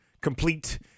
complete